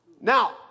Now